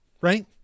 right